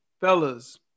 Fellas